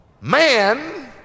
Man